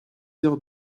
heures